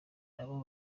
nabo